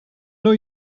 know